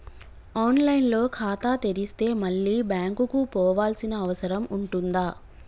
On line లో ఖాతా తెరిస్తే మళ్ళీ బ్యాంకుకు పోవాల్సిన అవసరం ఉంటుందా?